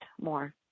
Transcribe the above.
more